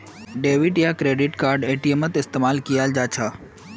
debit या credit card एटीएमत इस्तेमाल कियाल जा छ